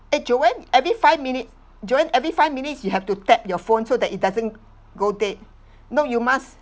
eh joan every five minutes joanne every five minutes you have to tap your phone so that it doesn't go dead no you must